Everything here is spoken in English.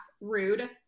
rude